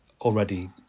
already